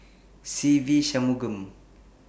Se Ve Shanmugam